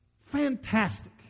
fantastic